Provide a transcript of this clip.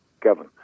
Kevin